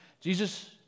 Jesus